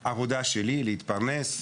את העבודה שלי ולהתפרנס.